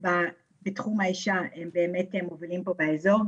בתחום האישה הם באמת מובילים פה באזור.